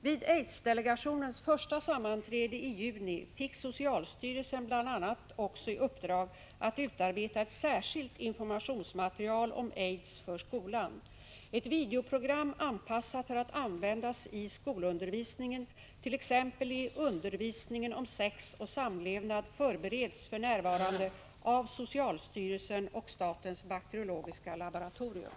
Vid aids-delegationens första sammanträde i juni fick socialstyrelsen bl.a. också i uppdrag att utarbeta ett särskilt informationsmaterial om aids för skolan. Ett videoprogram anpassat för att användas i skolundervisningen, t.ex. i undervisningen om sex och samlevnad, förbereds för närvarande av socialstyrelsen och statens bakteriologiska laboratorium.